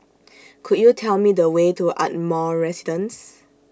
Could YOU Tell Me The Way to Ardmore Residence